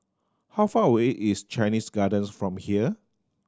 how far away is Chinese Garden from here